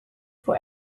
for